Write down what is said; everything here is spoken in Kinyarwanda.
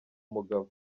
umugabo